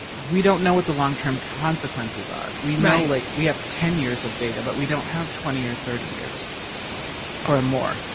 we don't know what the long term consequences are, we know, like we have ten years of data, but we don't have twenty or thirty years or more.